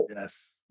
Yes